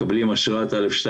מקבלים אשרת א'2,